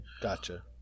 Gotcha